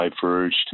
diverged